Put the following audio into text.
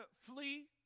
flee